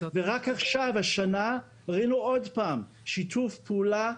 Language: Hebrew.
רק עכשיו השנה, ראינו עוד פעם שיתוף פעולה,